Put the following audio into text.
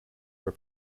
are